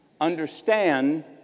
understand